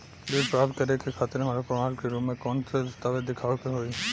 ऋण प्राप्त करे के खातिर हमरा प्रमाण के रूप में कउन से दस्तावेज़ दिखावे के होइ?